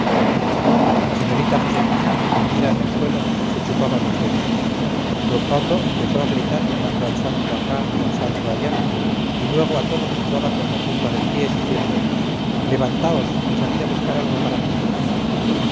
la señorita josefina tendida en el suelo se chupaba los dedos d pablo empezó a gritar llamando al santo acá y al santo allá y luego a todos nos daba con la punta del pie diciendo levantaos y salid a buscar algo para mi hija